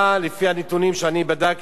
לפי הנתונים שאני בדקתי.